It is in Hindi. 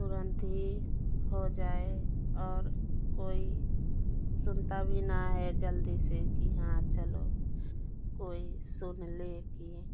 तुरंत ही हो जाए और कोई सुनता भी ना है जल्दी से कि हाँ चलो कोई सुन ले की